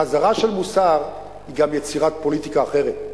חזרה של מוסר היא גם יצירת פוליטיקה אחרת,